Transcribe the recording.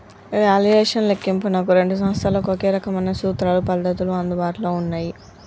valuation లెక్కింపునకు రెండు సంస్థలకు ఒకే రకమైన సూత్రాలు, పద్ధతులు అందుబాటులో ఉన్నయ్యి